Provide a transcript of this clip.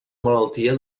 malaltia